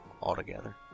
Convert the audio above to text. altogether